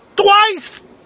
Twice